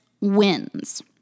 wins